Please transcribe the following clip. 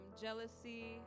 jealousy